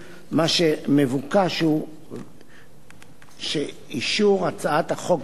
מה שמבוקש הוא אישור הצעת החוק בקריאה